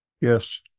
Yes